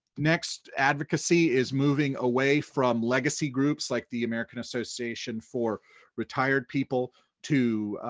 next, advocacy is moving away from legacy groups like the american association for retired people to